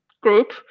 group